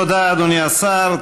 תודה, אדוני השר.